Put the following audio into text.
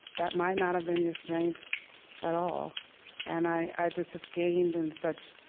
that might not have been your strength at all and i just have gained in such